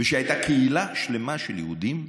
ושהייתה קהילה שלמה של יהודים שדיברו,